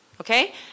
Okay